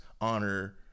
honor